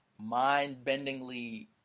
mind-bendingly